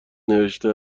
نوشته